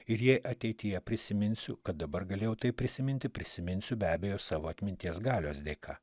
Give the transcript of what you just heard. ir jei ateityje prisiminsiu kad dabar galėjau tai prisiminti prisiminsiu be abejo savo atminties galios dėka